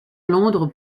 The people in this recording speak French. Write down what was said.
londres